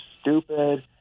stupid